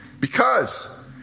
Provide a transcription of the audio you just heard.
Because